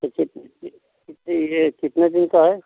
कैसे कैसे कितने यह कितने दिन का है